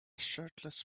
shirtless